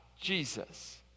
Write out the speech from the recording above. Jesus